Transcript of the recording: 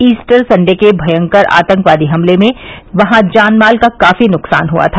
Easter Sunday के भयंकर आतंकवादी हमले में वहां जान माल का काफी नुकसान हुआ था